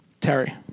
Terry